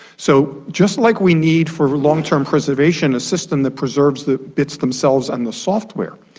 so just like we need for long-term preservation a system that preserves the bits themselves and the software,